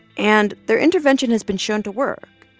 and their intervention has been shown to work.